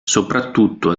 soprattutto